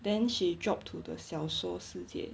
then she dropped to the 小说世界